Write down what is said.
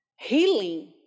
healing